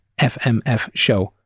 fmfshow